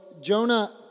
Jonah